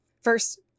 first